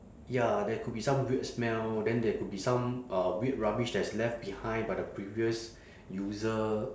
ya there could be some weird smell then there could be some uh weird rubbish that's left behind by the previous user